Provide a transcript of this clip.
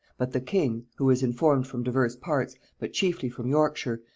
but the king, who was informed from divers parts, but chiefly from yorkshire,